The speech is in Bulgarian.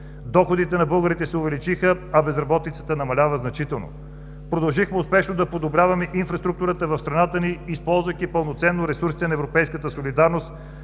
Доходите на българите се увеличиха, а безработицата намалява значително. Продължихме успешно да подобряваме инфраструктурата в страната ни, използвайки пълноценно ресурсите на европейската солидарност,